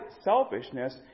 selfishness